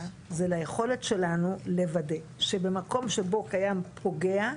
זה ליכולת שלנו לוודא שבמקום שבו קיים פוגע,